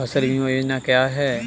फसल बीमा योजना क्या है?